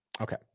Okay